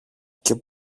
και